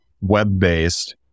web-based